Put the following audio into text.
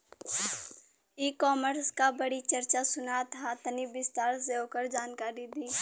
E commerce क बड़ी चर्चा सुनात ह तनि विस्तार से ओकर जानकारी दी?